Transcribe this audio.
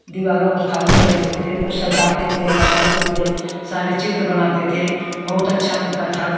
दीवारों को खाली नहीं रखते थे उनको सजाते थे बनाते थे सारे चित्र बनाते थे बहुत अच्छा लगता था